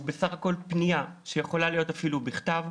הוא בסך הכול פנייה שיכולה להיות אפילו בכתב,